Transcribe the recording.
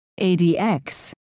ADX